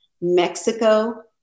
Mexico